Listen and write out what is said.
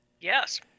Yes